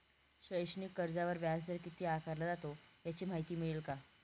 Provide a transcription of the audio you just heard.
शैक्षणिक कर्जावर व्याजदर किती आकारला जातो? याची माहिती मिळेल का?